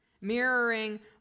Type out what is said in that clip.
mirroring